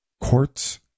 courts